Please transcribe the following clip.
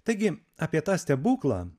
taigi apie tą stebuklą